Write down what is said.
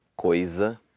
coisa